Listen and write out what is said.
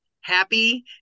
happy